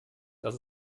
das